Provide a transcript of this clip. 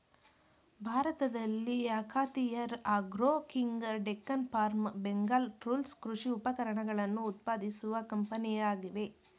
ಭಾರತದಲ್ಲಿ ಅಖಾತಿಯಾರ್ Agro King, Deccan Farm, Bengal Tools ಕೃಷಿ ಉಪಕರಣಗಳನ್ನು ಉತ್ಪಾದಿಸುವ ಕಂಪನಿಗಳಾಗಿವೆ